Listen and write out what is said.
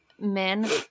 men